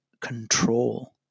control